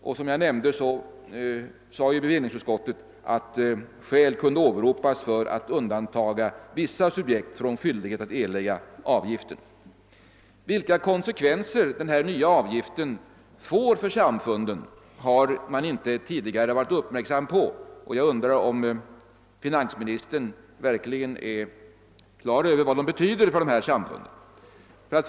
Och som jag nämnde har bevillningsutskottet uttalat att skäl kan åberopas för att undantaga vissa subjekt från skyldigheten att erlägga avgiften. Vilka konsekvenser denna nya avgift får för samfunden har man inte tidigare varit uppmärksam på, och jag undrar om finansministern verkligen är på det klara med vad avgiften betyder härvidlag.